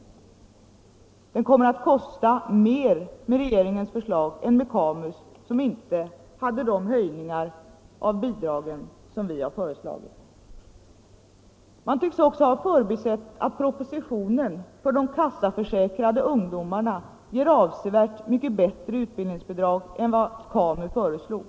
Denna utbildning kommer att kosta mer enligt regeringens förslag än enligt KAMU:s som inte hade tagit med de höjningar av bidragen som vi har föreslagit. Man tycks också ha förbisett att propositionen ger avsevärt bättre utbildningsbidrag för de kassaförsäkrade ungdomarna än vad KAMU har föreslagit.